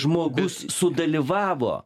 žmogus sudalyvavo